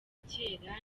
kera